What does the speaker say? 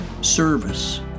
service